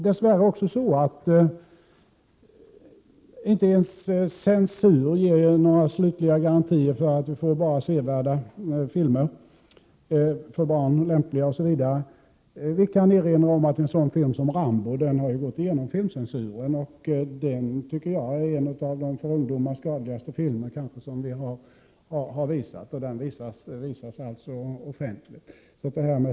Dess värre ger inte ens censur några slutliga garantier för att vi får bara sevärda och lämpliga filmer för barn. Jag kan erinra om att en sådan film som Rambo har gått igenom filmcensuren, och den filmen tycker jag är en av de för ungdomar skadligaste filmer som har visats. Den visas alltså offentligt.